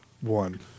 one